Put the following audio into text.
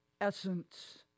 essence